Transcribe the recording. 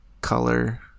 Color